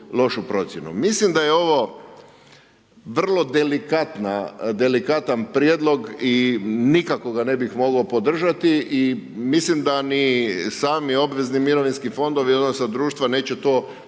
Mislim da je ovo vrlo delikatna, delikatan prijedlog i nikako ga ne bih mogao podržati, i mislim da ni sami obvezni mirovinski fondovi odnosno društva neće to